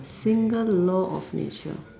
single law of nature